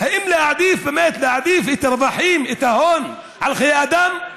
האם באמת להעדיף את הרווחים, את ההון, על חיי אדם,